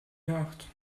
nacht